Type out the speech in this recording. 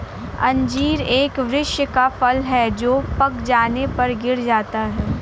अंजीर एक वृक्ष का फल है जो पक जाने पर गिर जाता है